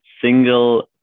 single